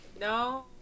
No